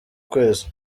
kwezi